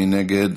מי נגד?